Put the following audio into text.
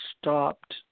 stopped –